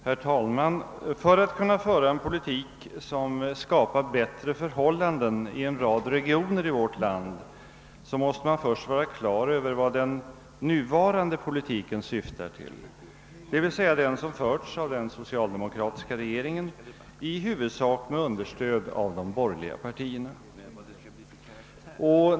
Herr talman! För att kunna föra en politik som skapar bättre förhållanden i en rad regioner i vårt land måste man först vara på det klara med vad den nuvarande politiken syftar till, d. v. s. den politik som förts av den socialdemokratiska regeringen i huvudsak med understöd av de borgerliga partierna.